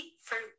fruit